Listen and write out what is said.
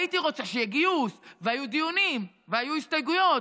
הייתי רוצה שיהיה גיוס ויהיו דיונים ויהיו הסתייגויות